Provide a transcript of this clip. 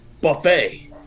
buffet